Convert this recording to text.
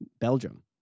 Belgium